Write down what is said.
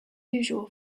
usual